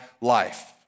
life